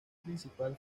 principal